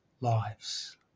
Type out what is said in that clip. lives